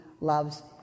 loves